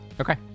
Okay